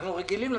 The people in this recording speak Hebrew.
אנחנו רגילים לזה.